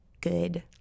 good